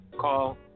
call